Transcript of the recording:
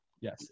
yes